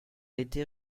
était